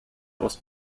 aus